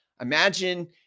Imagine